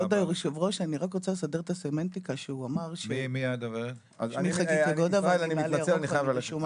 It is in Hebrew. ואני מתנצל, אני חייב ללכת.